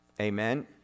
Amen